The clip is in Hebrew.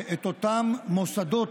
את אותם מוסדות